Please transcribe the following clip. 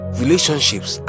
relationships